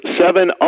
seven